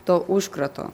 to užkrato